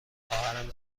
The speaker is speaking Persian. خواهرم